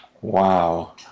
Wow